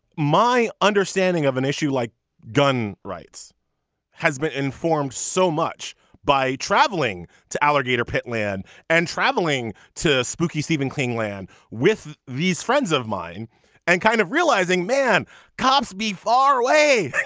my understanding of an issue like gun rights has been informed so much by traveling to alligator pit land and traveling to spooky stephen clean land with these friends of mine and kind of realizing man cops be far away.